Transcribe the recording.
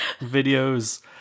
videos